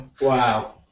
Wow